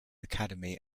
academy